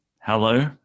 hello